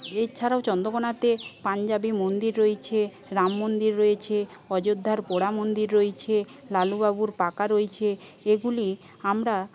এছাড়াও চন্দ্রকোণাতে পাঞ্জাবি মন্দির রয়েছে রাম মন্দির রয়েছে অযোধ্যার পোড়া মন্দির রয়েছে লালু বাবুর পাকা রয়েছে এগুলি আমরা